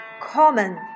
common